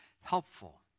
helpful